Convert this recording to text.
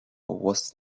was